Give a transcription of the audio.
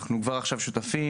אנחנו כבר עכשיו שותפים.